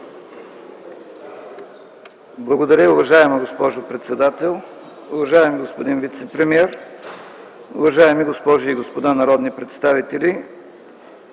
Благодаря. Уважаема госпожо председател, уважаеми господин вицепремиер, уважаеми госпожи и господа народни представители,